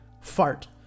fart